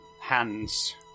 hands